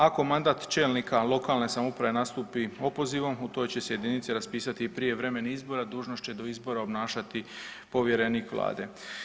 Ako mandat čelnika lokalne samouprave nastupi opozivom u toj će se jedinici raspisati prijevremeni izbori, a dužnost će do izbora obnašati povjerenik Vlade.